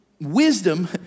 wisdom